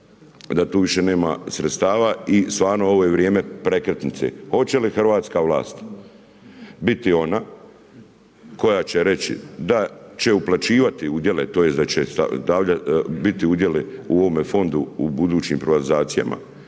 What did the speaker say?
da tu više nema sredstava i stvarno, ovo je vrijeme prekretnice. Hoće li hrvatska vlast biti ona koja će reći da će uplaćivati udjele, tj. da će biti udjeli u ovome fondu u budućim privatizacijama